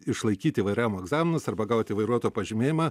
išlaikyti vairavimo egzaminus arba gauti vairuotojo pažymėjimą